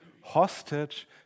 hostage